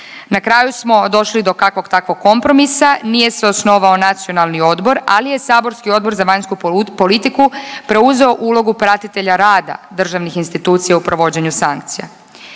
Na kraju smo došli do kakvog takvog kompromisa. Nije se osnovao nacionalni odbor, ali je saborski odbor za vanjsku politiku, preuzeo ulogu pratitelja rada državnih institucija u provođenju sankcija.